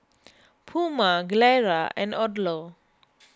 Puma Gilera and Odlo